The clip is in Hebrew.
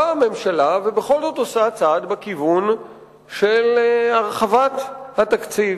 באה הממשלה ובכל זאת עושה צעד בכיוון של הרחבת התקציב.